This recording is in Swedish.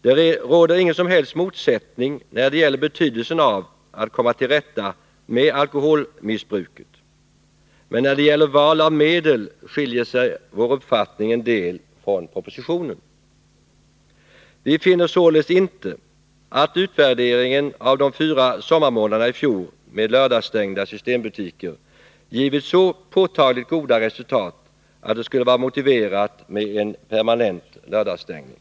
Det råder ingen som helst motsättning när det gäller betydelsen av att komma till rätta med alkoholmissbruket, men när det gäller val av medel skiljer sig vår uppfattning en del från propositionen. Vi finner således inte att utvärderingen av de fyra sommarmånaderna i fjol med lördagsstängda systembutiker har givit så påtagligt goda resultat, att det skulle vara motiverat med en permanent lördagsstängning.